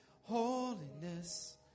holiness